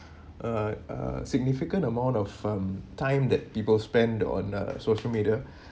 uh uh significant amount of um time that people spend on uh social media